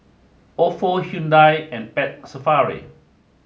Ofo Hyundai and Pet Safari